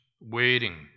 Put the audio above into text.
waiting